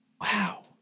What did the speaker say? Wow